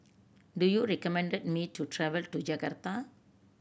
do you recommend me to travel to Jakarta